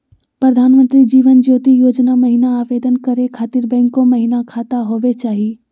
प्रधानमंत्री जीवन ज्योति योजना महिना आवेदन करै खातिर बैंको महिना खाता होवे चाही?